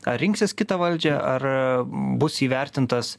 ar rinksis kitą valdžią ar bus įvertintas